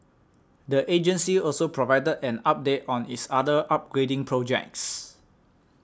the agency also provided an update on its other upgrading projects